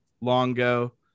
Longo